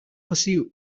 pursuit